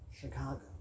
Chicago